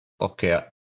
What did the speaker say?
okay